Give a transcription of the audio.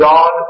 God